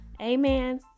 Amen